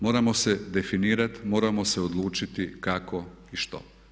Moramo se definirati, moramo se odlučiti kako i što.